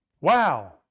Wow